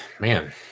Man